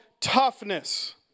toughness